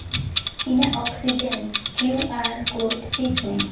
ᱤᱧᱟᱹᱜ oxygen Q R code ᱡᱷᱤᱡᱽ ᱢᱮ